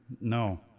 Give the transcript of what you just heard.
No